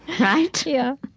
right, yeah.